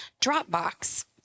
Dropbox